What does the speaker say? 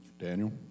Daniel